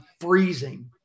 freezing